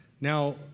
Now